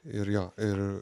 ir jo ir